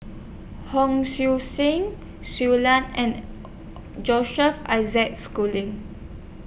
Hon Sui Sen Shui Lan and Joseph Isaac Schooling